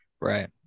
Right